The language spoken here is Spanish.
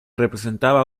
representaba